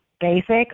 basic